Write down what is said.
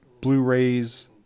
Blu-rays